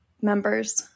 members